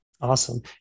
awesome